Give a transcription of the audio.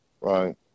right